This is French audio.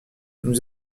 nous